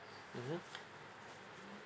mmhmm